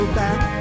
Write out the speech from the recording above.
back